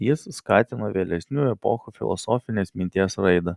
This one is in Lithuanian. jis skatino vėlesnių epochų filosofinės minties raidą